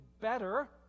better